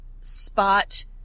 Spot